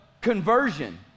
conversion